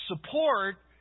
support